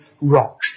rock